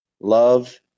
Love